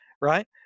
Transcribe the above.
right